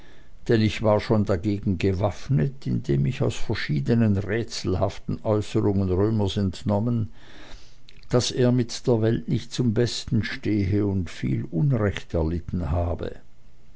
denn ich war schon dagegen gewaffnet indem ich aus verschiedenen rätselhaften äußerungen römers entnommen daß er mit der welt nicht zum besten stehe und viel unrecht erlitten habe